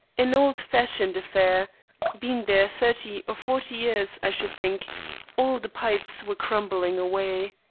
an old-fashioned affair been there thirty or forty years, i should think all the pipes were crumbling away.